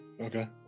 Okay